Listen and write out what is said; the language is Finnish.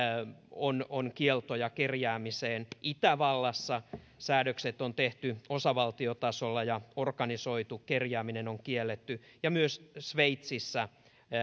on on kieltoja kerjäämiseen itävallassa säädökset on tehty osavaltiotasolla ja organisoitu kerjääminen on kielletty ja myös sveitsissä